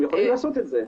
הם יכולים לעשות את זה.